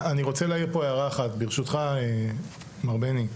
אני רוצה להעיר פה הערה אחת, ברשותך, מר בני,